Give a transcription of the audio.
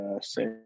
say